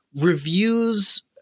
reviews